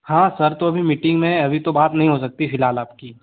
हाँ सर तो अभी मीटिंग में है अभी तो बात नहीं हो सकती फ़िलहाल आपकी